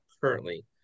currently